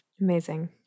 Amazing